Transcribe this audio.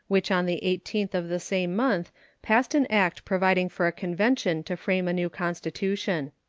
which on the eighteenth of the same month passed an act providing for a convention to frame a new constitution.